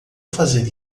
fazer